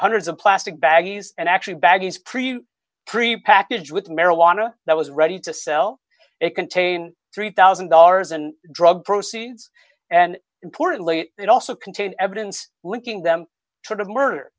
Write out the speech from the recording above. hundreds of plastic baggies and actually baggies pre prepackaged with marijuana that was ready to sell it contain three thousand dollars and drug proceeds and importantly it also contains evidence linking them to the murder